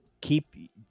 Keep